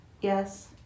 Yes